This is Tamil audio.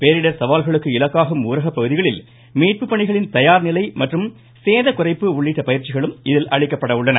பேரிடர் சவால்களுக்கு இலக்காகும் ஊரகப் பகுதிகளில் மீட்புப் பணிகளின் தயார்நிலை மற்றும் சேத குறைப்பு உள்ளிட்ட பயிற்சிகளும் இதில் அளிக்கப்பட உள்ளன